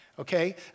Okay